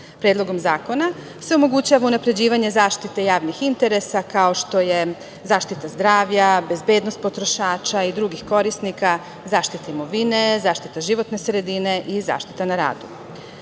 trgovine. Predlogom zakona se omogućava unapređivanje zaštite javnih interesa, kao što je zaštita zdravlja, bezbednost potrošača i drugih korisnika, zaštita imovine, zaštita životne sredine i zaštita na